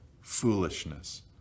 foolishness